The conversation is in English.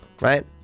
right